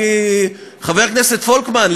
חבר הכנסת פולקמן,